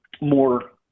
more